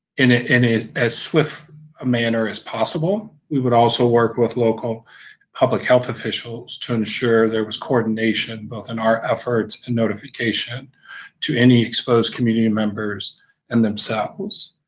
in as swift a manner as possible. we would also work with local public health officials to ensure there was coordination both in our efforts and notification to any exposed community and members and themselves.